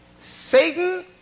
Satan